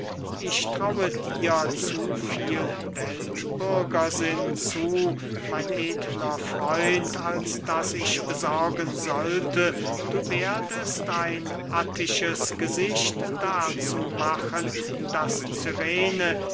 ich traue dir zu viel weltbürgersinn zu mein edler freund als daß ich besorgen sollte du werdest ein attisches gesicht dazu machen daß